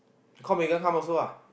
call Megan come also ah